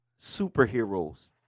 superheroes